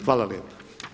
Hvala lijepa.